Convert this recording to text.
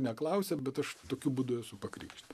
neklausė bet aš tokiu būdu esu pakrikštytas